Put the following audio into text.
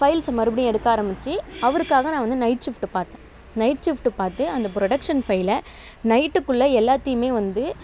ஃபைல்ஸை மறுபடியும் எடுக்க ஆரமித்து அவருக்காக நான் வந்து நைட் ஷிஃப்ட் பார்த்தேன் நைட் ஷிஃப்ட் பார்த்து அந்த ப்ரொடக்ஷன் ஃபைலை நைட்குள்ளே எல்லாத்தையுமே வந்து